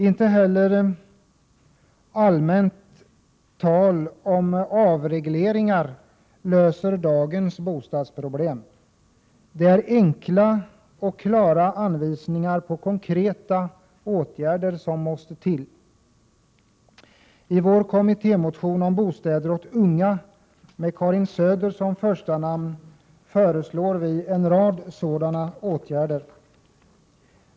Inte heller allmänt tal om avregleringar löser dagens bostadsproblem. Det är enkla och klara anvisningar på konkreta åtgärder som måste till. I vår kommittémotion om bostäder åt unga med Karin Söder som första namn föreslår vi en rad sådana åtgärder.